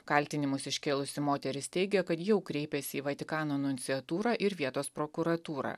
kaltinimus iškėlusi moteris teigia kad jau kreipėsi į vatikano nunciatūrą ir vietos prokuratūrą